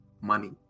money